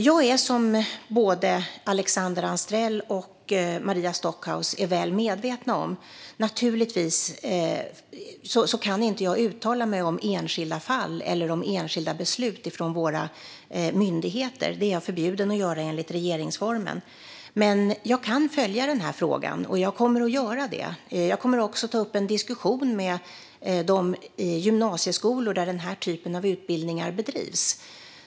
Jag kan, som både Alexandra Anstrell och Maria Stockhaus är väl medvetna om, inte uttala mig om enskilda fall eller om enskilda myndigheters beslut. Det är jag förbjuden att göra enligt regeringsformen. Men jag kan följa frågan, och jag kommer att göra det. Jag kommer också att ta upp en diskussion med de gymnasieskolor där den här typen av utbildningar bedrivs.